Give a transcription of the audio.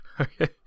Okay